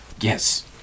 Yes